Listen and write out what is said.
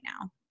now